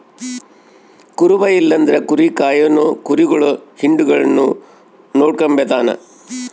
ಕುರುಬ ಇಲ್ಲಂದ್ರ ಕುರಿ ಕಾಯೋನು ಕುರಿಗುಳ್ ಹಿಂಡುಗುಳ್ನ ನೋಡಿಕೆಂಬತಾನ